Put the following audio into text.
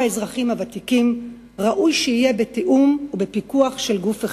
האזרחים הוותיקים ראוי שיהיה בתיאום ובפיקוח של גוף אחד.